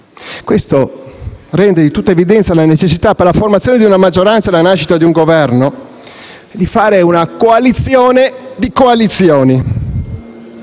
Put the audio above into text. questo rende di tutta evidenza la necessità, per la formazione di una maggioranza e la nascita di un Governo, di fare una coalizione di coalizioni,